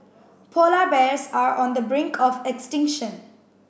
polar bears are on the brink of extinction